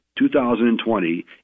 2020